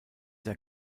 der